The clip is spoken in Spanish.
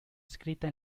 escrita